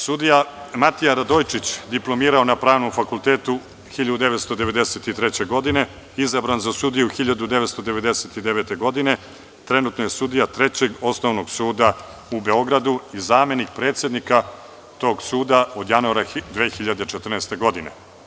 Sudija Matija Radojičić, diplomirao na Pravnom fakultetu 1993. godine, izabran za sudiju 1999. godine, trenutno je sudija Trećeg osnovnog suda u Beogradu i zamenik predsednika tog suda od januara 2014. godine.